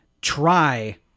try